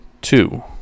two